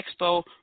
expo